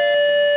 залі